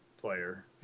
player